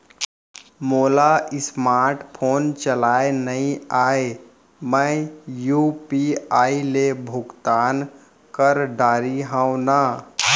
मोला smartphone चलाए नई आए मैं यू.पी.आई ले भुगतान कर डरिहंव न?